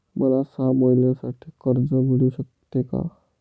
मला सहा महिन्यांसाठी कर्ज मिळू शकते का?